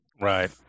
right